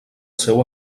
seu